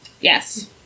Yes